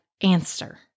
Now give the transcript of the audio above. answer